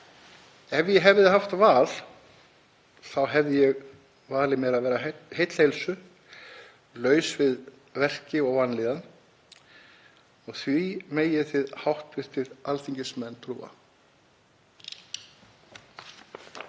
Ef ég hefði haft val þá hefði ég valið mér að vera heill heilsu, laus við verki og vanlíðan og því megið þið hv. alþingismenn trúa.